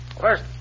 First